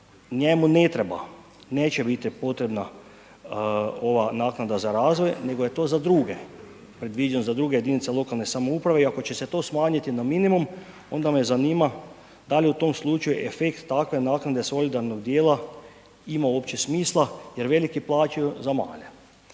njemu ne treba, neće biti potreba ova naknada za razvoj nego je to za druge, predviđen za druge jedinice lokalne samouprave i ako će se to smanjiti na minimum, onda me zanima da li u tom slučaju efekt takve naknade solidarnog djela ima uopće smisla jer veliki plaćaju za male.